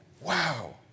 Wow